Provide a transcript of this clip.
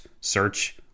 search